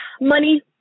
Money